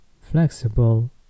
flexible